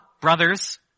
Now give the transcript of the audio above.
brothers